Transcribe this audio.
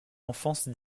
enfance